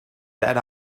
that